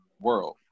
world